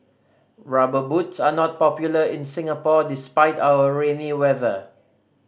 Rubber Boots are not popular in Singapore despite our rainy weather